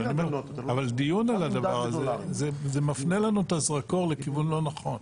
אבל דיון על הדבר הזה זה מפנה לנו את הזרקור לכיוון לא נכון.